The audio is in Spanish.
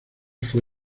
fue